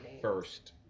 first